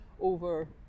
over